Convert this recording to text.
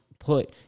put